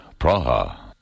Praha